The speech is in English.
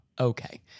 Okay